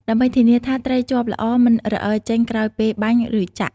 ដើម្បីធានាថាត្រីជាប់ល្អមិនរអិលចេញក្រោយពេលបាញ់ ឬចាក់ ។